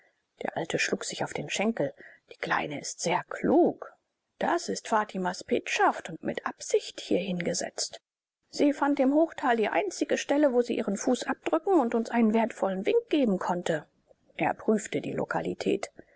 der alte schlug sich auf den schenkel die kleine ist sehr klug das ist fatimas petschaft und mit absicht hierhingesetzt sie fand im hochtal die einzige stelle wo sie ihren fuß abdrücken und uns einen wertvollen wink geben konnte er prüfte die lokalität